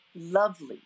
lovely